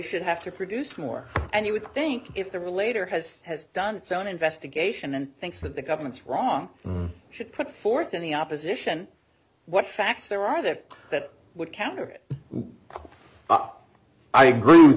should have to produce more and you would think if the relator has has done its own investigation and thinks that the government's wrong should put forth in the opposition what facts there are there that would counter it i agree with